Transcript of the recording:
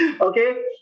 Okay